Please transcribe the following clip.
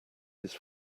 his